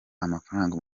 amafaranga